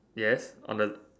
yes on the